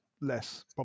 less